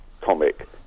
comic